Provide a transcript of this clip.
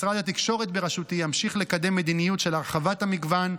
משרד התקשורת בראשותי ימשיך לקדם מדיניות של הרחבת המגוון,